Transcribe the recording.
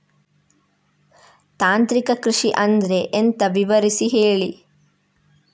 ತಾಂತ್ರಿಕ ಕೃಷಿ ಅಂದ್ರೆ ಎಂತ ವಿವರಿಸಿ ಹೇಳಿ